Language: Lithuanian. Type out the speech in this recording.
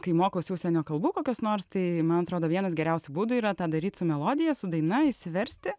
kai mokausi užsienio kalbų kokios nors tai man atrodo vienas geriausių būdų yra tą daryt su melodija su daina išsiversti